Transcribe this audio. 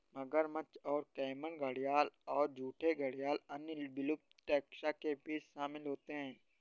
मगरमच्छ और कैमन घड़ियाल और झूठे घड़ियाल अन्य विलुप्त टैक्सा के बीच शामिल होते हैं